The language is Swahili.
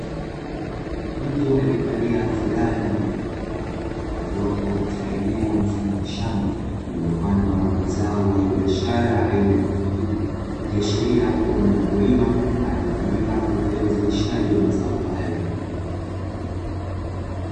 Mtu aliyevalia fulana yenye rangi nyeupe aliyepo katika eneo mfano wa shamba lililopandwa mazao ya biashara aina ya mahindi ikiashiria kuwa ni mkulima anayetumika kwa ajili ya uzalishaji wa mazao hayo.